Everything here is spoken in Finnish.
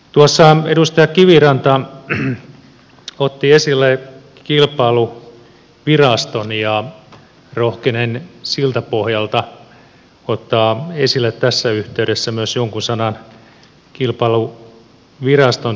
tuossa edustaja kiviranta otti esille kilpailuviraston ja rohkenen siltä pohjalta ottaa esille tässä yhteydessä myös jonkun sanan kilpailuviraston toiminnasta